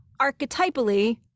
archetypally